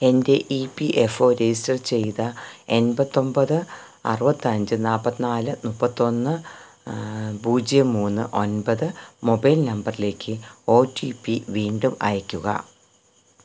എൻ്റെ E P F O register ചെയ്ത എൺപത്തി ഒന്പത് അറുപത്തിയഞ്ച് നാൽപ്പത്തി നാല് മുപ്പത്തിയൊന്ന് പൂജ്യം മൂന്ന് ഒമ്പത് മൊബൈൽ നമ്പറിലേക്ക് ഒ ടി പി വീണ്ടും അയയ്ക്കുക